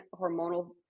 hormonal